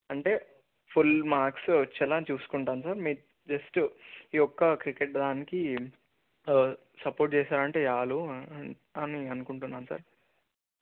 అంటే full marks వచ్చేలా చూసుకుంటాము సార్ మీరు జస్ట్ ఈ ఒక్క క్రికెట్ దానికి సపోర్ట్ చేసారు అంటే చాలు అని అనుకుంటున్నాను సార్